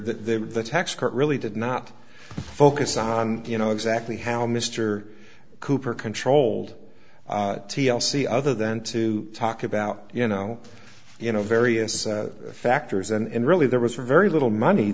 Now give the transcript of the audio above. that the tax court really did not focus on you know exactly how mr cooper controlled t l c other than to talk about you know you know various factors and really there was very little money